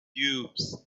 cubes